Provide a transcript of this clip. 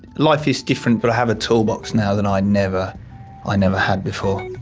life is different but i have a toolbox now that i never i never had before.